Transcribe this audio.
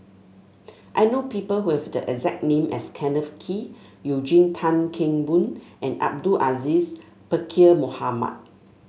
I know people who have the exact name as Kenneth Kee Eugene Tan Kheng Boon and Abdul Aziz Pakkeer Mohamed